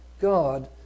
God